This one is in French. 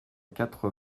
quatre